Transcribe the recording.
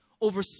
over